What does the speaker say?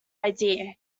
idea